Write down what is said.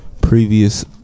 previous